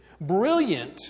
brilliant